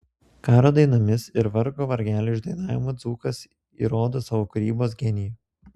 karo dainomis ir vargo vargelio išdainavimu dzūkas įrodo savo kūrybos genijų